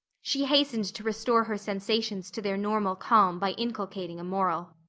she hastened to restore her sensations to their normal calm by inculcating a moral.